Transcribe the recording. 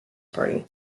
party